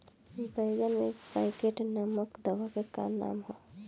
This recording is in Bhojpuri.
बैंगन में पॉकेट नामक दवा के का काम ह?